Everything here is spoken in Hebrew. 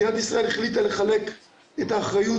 מדינת ישראל החליטה לחלק את האחריות